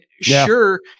sure